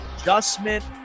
Adjustment